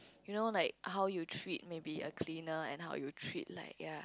you know like how you treat maybe a cleaner and how you treat like ya